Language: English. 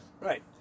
Right